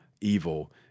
evil